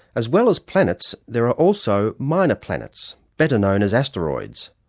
as well as planets, there are also minor planets better known as asteroids.